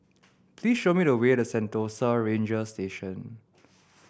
please show me the way to Sentosa Ranger Station